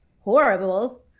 horrible